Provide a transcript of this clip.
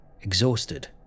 Exhausted